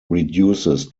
reduces